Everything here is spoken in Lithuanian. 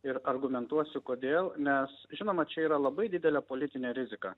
ir argumentuosiu kodėl nes žinoma čia yra labai didelė politinė rizika